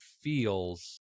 feels